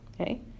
Okay